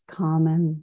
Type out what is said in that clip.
common